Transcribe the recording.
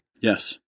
Yes